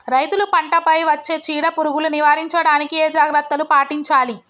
రైతులు పంట పై వచ్చే చీడ పురుగులు నివారించడానికి ఏ జాగ్రత్తలు పాటించాలి?